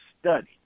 study